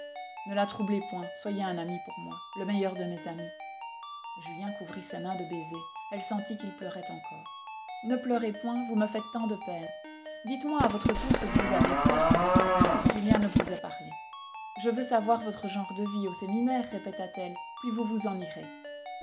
ne la troublez point soyez un ami pour moi le meilleur de mes amis julien couvrit ses mains de baisers elle sentit qu'il pleurait encore ne pleurez point vous me faites tant de peine dites-moi à votre tour ce que vous avez fait julien ne pouvait parler je veux savoir votre genre de vie au séminaire répéta-t-elle puis vous vous en irez